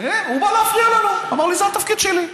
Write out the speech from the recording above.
הוא בא להפריע לנו, אמר לי: זה התפקיד שלי.